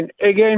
again